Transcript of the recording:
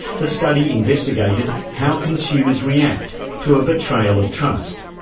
the study investigated how consumers react to a betrayal of trust.